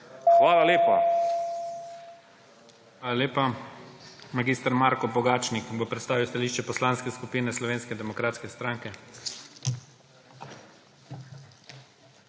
ZORČIČ:** Hvala lepa. Mag. Marko Pogačnik bo predstavil stališče Poslanske skupine Slovenske demokratske stranke.